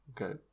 Okay